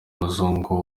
umuzungu